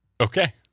okay